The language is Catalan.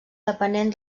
depenent